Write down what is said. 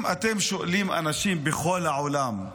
אם אתם שואלים אנשים בכל העולם,